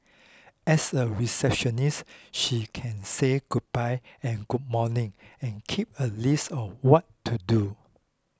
as a receptionist she can say goodbye and good morning and keep a list of what to do